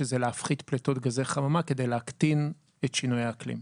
שזה להפחית פליטות גזי חממה כדי להקטין את שינויי האקלים.